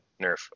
nerf